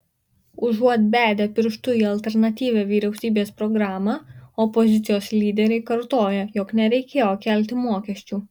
užuot bedę pirštu į alternatyvią vyriausybės programą opozicijos lyderiai kartoja jog nereikėjo kelti mokesčių